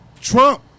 Trump